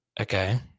Okay